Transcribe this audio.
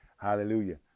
hallelujah